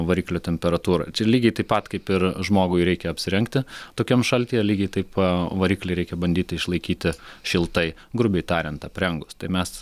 variklio temperatūrą čia lygiai taip pat kaip ir žmogui reikia apsirengti tokiam šaltyje lygiai taip variklį reikia bandyti išlaikyti šiltai grubiai tariant aprengus tai mes